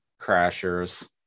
crashers